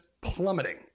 plummeting